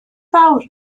fawr